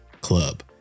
Club